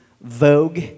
vogue